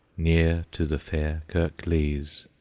near to the fair kirkleys.